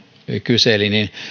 kyseli niin